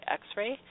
x-ray